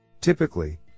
Typically